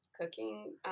cooking